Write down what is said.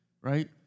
right